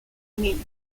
niño